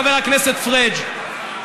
חבר הכנסת פריג',